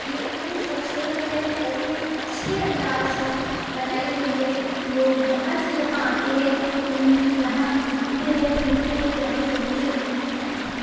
یہ اتنے خوبصورت ہے اور اتنے اچھے انداز میں بنائی گئی ہے لوگ باہر سے یہاں آتے ہے یہاں گھومتے ہیں پھرتے ہیں یہاں کے مزے اٹھاتے ہیں